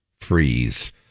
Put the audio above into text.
freeze